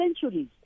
centuries